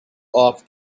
off